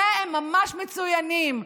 לזה הם ממש מצוינים.